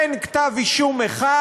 אין כתב-אישום אחד,